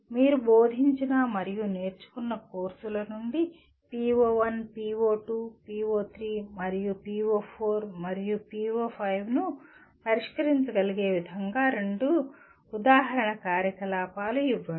మీరు బోధించిన మరియు నేర్చుకున్న కోర్సుల నుండి PO1 PO2 PO3 మరియు PO4 మరియు PO5 ను పరిష్కరించగలిగే విధంగా రెండు ఉదాహరణ కార్యకలాపాలు ఇవ్వండి